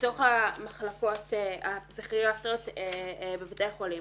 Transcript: לתוך המחלקות הפסיכיאטריות בבתי החולים.